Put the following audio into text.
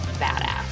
badass